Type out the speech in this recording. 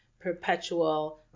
perpetual